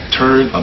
turn